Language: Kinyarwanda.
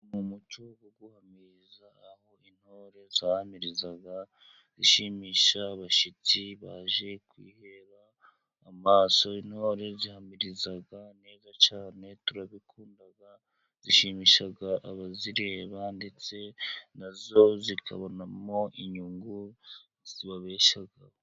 Mu muco wo guhamiriza, aho intore zahamiriza zishimisha abashyitsi baje kwihera amaso, intore zihamiriza neza cyane turabikunda zishimisha abazireba, ndetse na zo zikabonamo inyungu zibabeshaho.